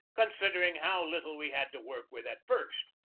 consid ering how little we had to work with at first,